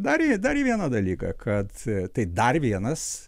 dar į dar vieną dalyką kad tai dar vienas